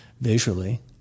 visually